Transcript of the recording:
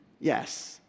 Yes